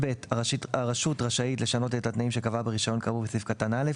(ב) הרשות רשאית לשנות את התנאים שקבעה ברישיון כאמור בסעיף קטן (א),